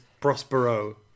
Prospero